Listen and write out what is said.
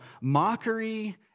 mockery